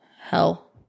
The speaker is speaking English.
hell